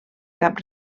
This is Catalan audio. cap